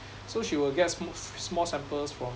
so she will get small small samples from